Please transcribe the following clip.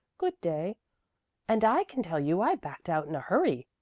good-day and i can tell you i backed out in a hurry.